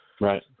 Right